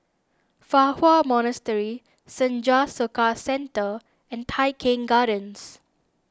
Fa Hua Monastery Senja Soka Centre and Tai Keng Gardens